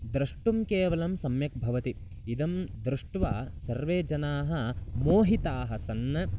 द्रष्टुं केवलं सम्यक् भवति इदं दृष्ट्वा सर्वे जनाः मोहिताः सन्